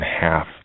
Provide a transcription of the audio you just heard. half